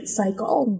cycle